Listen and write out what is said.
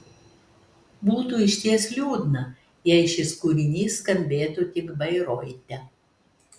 būtų išties liūdna jei šis kūrinys skambėtų tik bairoite